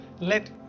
let